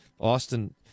Austin